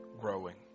growing